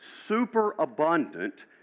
superabundant